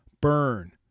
burn